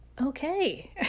Okay